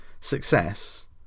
success